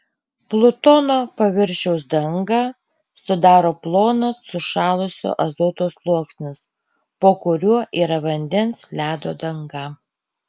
plutono paviršiaus dangą sudaro plonas sušalusio azoto sluoksnis po kuriuo yra vandens ledo danga